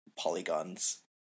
polygons